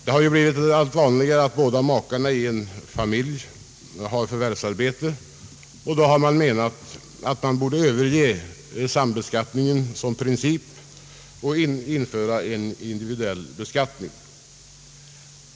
Det har ju blivit allt vanligare att båda makarna i en familj har förvärvsarbete, och det har ansetts att man borde överge sambeskattningen som princip och övergå till en individuell beskattning.